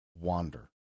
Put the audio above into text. wander